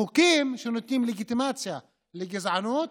חוקים שנותנים לגיטימציה לגזענות.